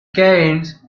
cairns